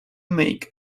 make